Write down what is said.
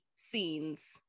scenes